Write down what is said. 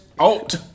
out